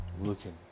looking